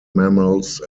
mammals